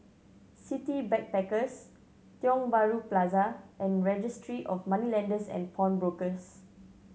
City Backpackers Tiong Bahru Plaza and Registry of Moneylenders and Pawnbrokers